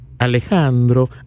Alejandro